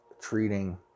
treating